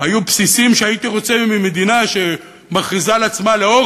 היו בסיסים שהייתי רוצה ממדינה שמכריזה על עצמה "לאור